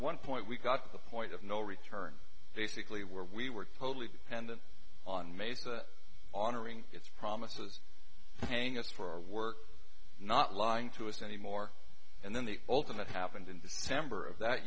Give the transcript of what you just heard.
one point we got to the point of no return basically where we were totally dependent on mesa honoring its promises paying us for our work not lying to us any more and then the ultimate happened in december of that